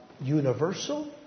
universal